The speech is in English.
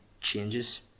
changes